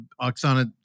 Oksana